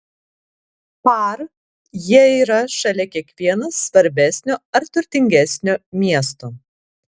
par jie yra šalia kiekvieno svarbesnio ar turtingesnio miesto